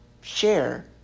share